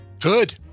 Good